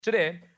Today